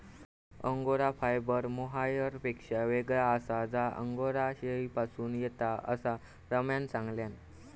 angora fibre मोहायरपेक्षा येगळा आसा जा अंगोरा शेळीपासून येता, असा रम्यान सांगल्यान